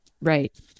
Right